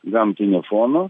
gamtinio fono